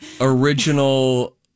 original